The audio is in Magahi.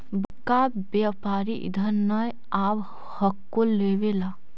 बड़का व्यापारि इधर नय आब हको लेबे ला?